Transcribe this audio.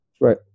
right